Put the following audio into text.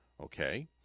okay